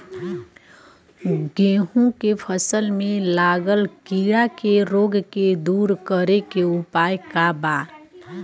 गेहूँ के फसल में लागल कीड़ा के रोग के दूर करे के उपाय का बा?